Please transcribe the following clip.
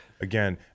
Again